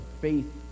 faith